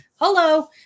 hello